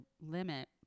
limit